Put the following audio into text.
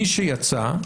מי שיצא,